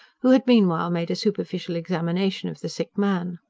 who had meanwhile made a superficial examination of the sick man.